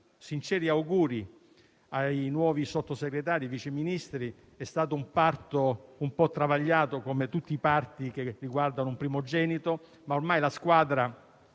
sinceri auguri ai nuovi Sottosegretari e Vice Ministri. È stato un parto un po' travagliato, come tutti quelli che riguardano un primogenito, ma ormai la squadra